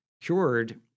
cured